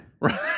Right